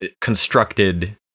constructed